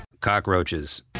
cockroaches